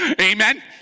Amen